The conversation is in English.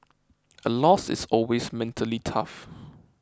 a loss is always mentally tough